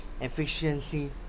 efficiency